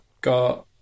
got